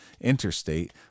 interstate